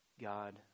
God